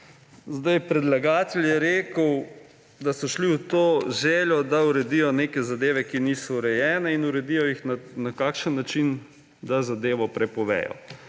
Predlagatelj je rekel, da so šli v to z željo, da uredijo neke zadeve, ki niso urejene, in uredijo jih – na kakšen takšen način? Da zadevo prepovedo.